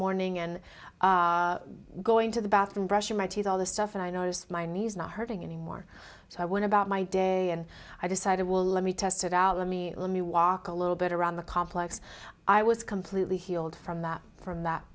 morning and going to the bathroom brushing my teeth all this stuff and i noticed my knees not hurting anymore so i went about my day and i decided well let me test it out let me let me walk a little bit around the complex i was completely healed from that from that